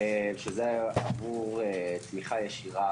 שזה עבור תמיכה ישירה